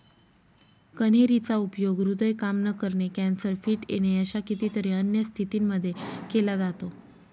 कन्हेरी चा उपयोग हृदय काम न करणे, कॅन्सर, फिट येणे अशा कितीतरी अन्य स्थितींमध्ये केला जातो